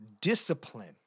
discipline